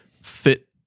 fit